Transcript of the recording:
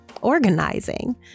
organizing